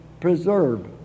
preserve